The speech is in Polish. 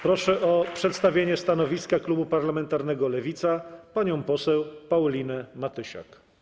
Proszę o przedstawienie stanowiska klubu parlamentarnego Lewica panią poseł Paulinę Matysiak.